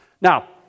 Now